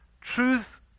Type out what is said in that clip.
truth